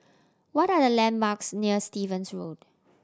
what are the landmarks near Stevens Road